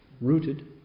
rooted